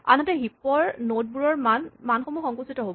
আনহাতে হিপ ৰ নড বোৰৰ মানসমূহ সংকুচিত হ'ব